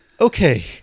Okay